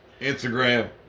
Instagram